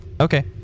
Okay